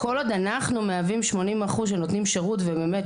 כל עוד אנחנו מהווים שמונים אחוז שנותנים שירות ובאמת,